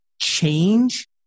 change